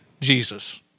Jesus